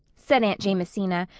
said aunt jamesina,